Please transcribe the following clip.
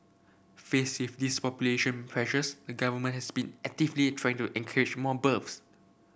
faced with these population pressures the Government has been actively trying to encourage more